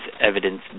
evidence